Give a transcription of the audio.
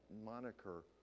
moniker